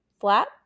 flat